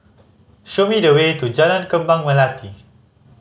show me the way to Jalan Kembang Melati